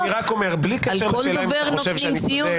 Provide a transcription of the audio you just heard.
על כל דובר נותנים ציון?